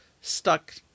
stuck